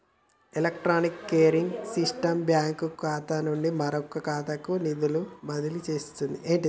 electronic clearing system bank ఖాతా నుండి మరొక ఖాతాకు నిధులు బదిలీ చేస్తుంది